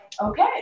okay